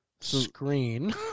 Screen